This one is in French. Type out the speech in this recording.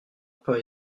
pas